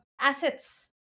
assets